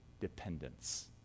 dependence